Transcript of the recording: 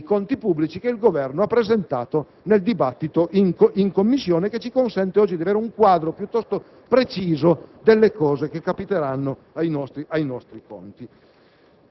dei conti pubblici che il Governo ha presentato nel dibattito in Commissione, che ci consente oggi di avere un quadro piuttosto preciso di ciò che capiterà ai nostri conti.